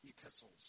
epistles